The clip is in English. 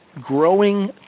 growing